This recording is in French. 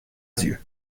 dieu